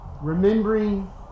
Remembering